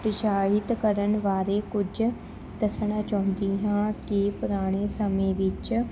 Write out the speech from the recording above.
ਉਤਸ਼ਾਹਿਤ ਕਰਨ ਬਾਰੇ ਕੁਝ ਦੱਸਣਾ ਚਾਹੁੰਦੀ ਹਾਂ ਕਿ ਪੁਰਾਣੇ ਸਮੇਂ ਵਿੱਚ